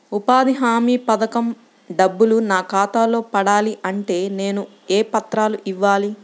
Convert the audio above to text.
ఉపాధి హామీ పథకం డబ్బులు నా ఖాతాలో పడాలి అంటే నేను ఏ పత్రాలు ఇవ్వాలి?